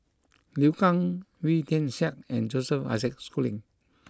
Liu Kang Wee Tian Siak and Joseph Isaac Schooling